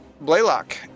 Blaylock